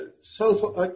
self